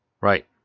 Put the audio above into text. Right